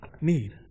need